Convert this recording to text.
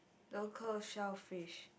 local shell fish